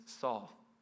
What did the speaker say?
Saul